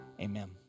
Amen